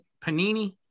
panini